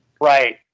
right